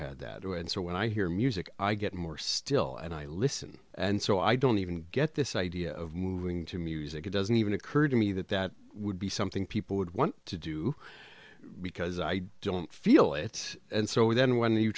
had that too and so when i hear music i get more still and i listen and so i don't even get this idea of moving to music it doesn't even occur to me that that would be something people would want to do because i don't feel it and so then when you